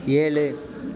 ஏழு